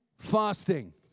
fasting